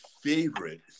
favorite